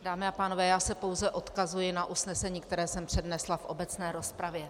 Dámy a pánové, já se pouze odkazuji na usnesení, které jsem přednesla v obecné rozpravě.